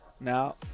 Now